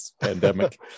pandemic